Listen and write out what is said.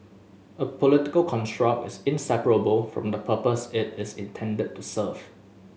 a political construct is inseparable from the purpose it is intended to serve